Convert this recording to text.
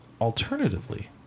alternatively